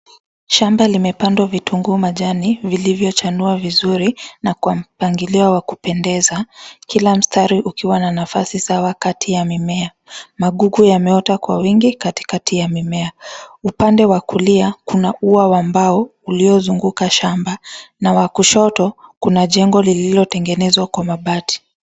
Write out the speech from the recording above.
Shamba limepandwa vitunguu majani vilivyochanua vizuri na kwa mpangilio wa kupendeza. Kila mstari ukiwa na nafasi sawa kati ya mimea. Magugu yameota kwa wingi katikati ya mimea. Upande wa kulia, kuna ua wa mbao uliozunguka shamba na wa kushoto kuna jengo lililotengenezwa kwa mabati.